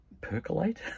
percolate